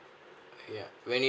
yeuh when it